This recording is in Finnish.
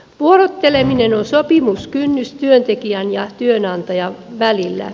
vuorottelemisessa on sopimuskynnys työntekijän ja työnantajan välillä